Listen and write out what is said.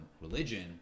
religion